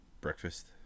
breakfast